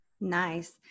Nice